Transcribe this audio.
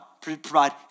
provide